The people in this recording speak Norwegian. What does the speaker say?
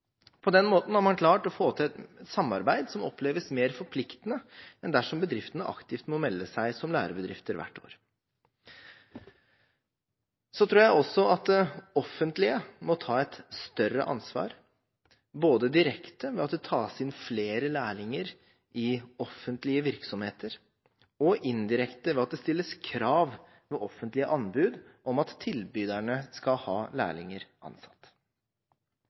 På den måten har man klart å få til et samarbeid som oppleves mer forpliktende enn dersom bedriftene aktivt må melde seg som lærebedrifter hvert år. Jeg tror også at det offentlige må ta et større ansvar, både direkte ved at det tas inn flere lærlinger i offentlige virksomheter, og indirekte ved at det stilles krav ved offentlige anbud om at tilbyderne skal ha lærlinger ansatt.